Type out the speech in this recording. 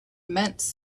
immense